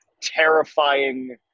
terrifying